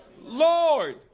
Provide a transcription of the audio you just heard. Lord